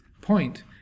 point